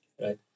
right